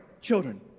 children